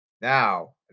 Now